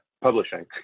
publishing